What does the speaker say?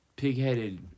pig-headed